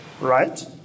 Right